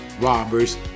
robbers